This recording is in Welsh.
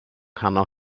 nghanol